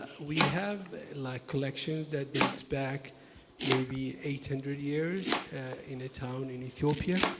we have like collections that date back maybe eight hundred years in a town in ethiopia.